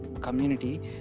community